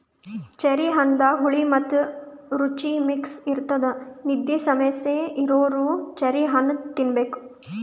cherry ಹಣ್ಣದಾಗ್ ಹುಳಿ ಮತ್ತ್ ರುಚಿ ಮಿಕ್ಸ್ ಇರ್ತದ್ ನಿದ್ದಿ ಸಮಸ್ಯೆ ಇರೋರ್ ಚೆರ್ರಿ ಹಣ್ಣ್ ತಿನ್ನಬೇಕ್